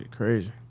crazy